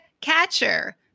catcher